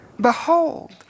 Behold